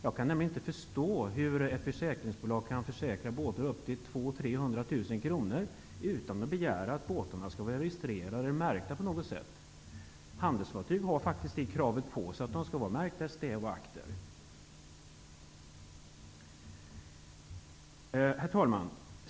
Jag kan inte förstå hur ett försäkringsbolag kan försäkra båtar för upp till 200 000--300 000 kr utan att begära att dessa på något sätt skall vara registrerade och märkta. På handelsfartyg ställs kravet att de skall vara märkta i stäv och akter. Herr talman!